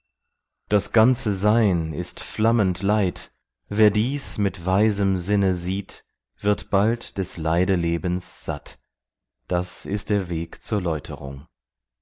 das ganze sein ist flammend leid wer dies mit weisem sinne sieht wird bald des leidelebens satt das ist der weg zur läuterung